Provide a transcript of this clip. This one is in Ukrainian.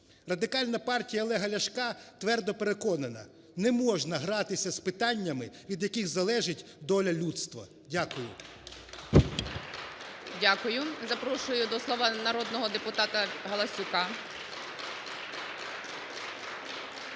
Радикальна партія Олега Ляшка твердо переконана, не можна гратися з питаннями, від яких залежить доля людства. Дякую.